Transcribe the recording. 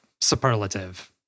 superlative